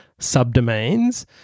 subdomains